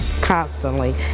constantly